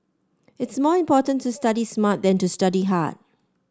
it is more important to study smart than to study hard